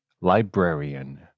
librarian